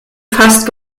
fast